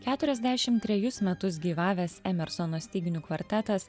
keturiasdešim trejus metus gyvavęs emersono styginių kvartetas